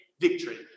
victory